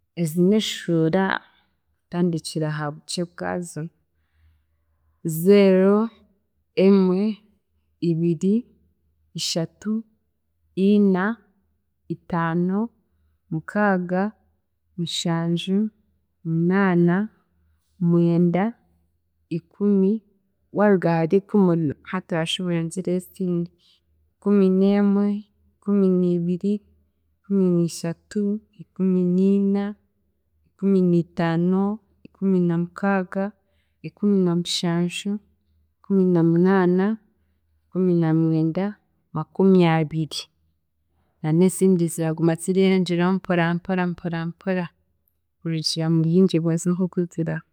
Ezi n'eshuura kutandikira aha bukye bwazo; zeero, emwe, ibiri, shatu, ina, itaano, mukaaga, mushanju, munaana, mwenda, ikumi. Waaruga ahari ikumu hati orashuba oyengyereho ezindi; kumineemwe, kuminiibiri, kuminiishatu, ikuminiina, ikuminiitaano, ikuminamukaaga, ikuminamushanju, kuminamunaana, kuminamwenda, makumyabiri na n'ezindi ziraguma zireyongyeraho mpora mpora mpora kurugiirira obwingi bwazo nk'oku ziraba.